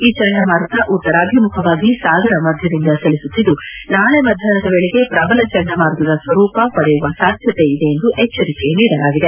ಈ ಚಂಡಮಾರುತ ಉತ್ತರಾಭಿಮುಖವಾಗಿ ಸಾಗರ ಮಧ್ಯದಿಂದ ಚಲಿಸುತ್ತಿದ್ದು ನಾಳಿ ಮಧ್ಯಾಹ್ನದ ವೇಳೆಗೆ ಪ್ರಬಲ ಚಂಡಮಾರುತದ ಸ್ವರೂಪ ಪಡೆಯುವ ಸಾಧ್ಯತೆ ಇದೆ ಎಂದು ಎಚ್ಚರಿಕೆ ನೀಡಲಾಗಿದೆ